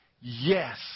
Yes